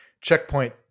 checkpoint